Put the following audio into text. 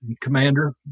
commander